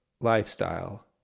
lifestyle